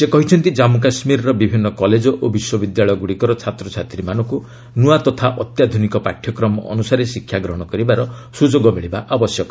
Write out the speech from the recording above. ସେ କହିଛନ୍ତି ଜାମ୍ମୁ କାଶ୍ମୀରର ବିଭିନୁ କଲେଜ ଓ ବିଶ୍ୱବିଦ୍ୟାଳୟଗୁଡ଼ିକର ଛାତ୍ରଛାତ୍ରୀମାନଙ୍କୁ ନୂଆ ତଥା ଅତ୍ୟାଧୁନିକ ପାଠ୍ୟକ୍ରମ ଅନୁସାରେ ଶିକ୍ଷା ଗ୍ରହଣ କରିବାର ସୁଯୋଗ ମିଳିବା ଆବଶ୍ୟକ